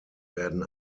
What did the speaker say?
werden